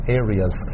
areas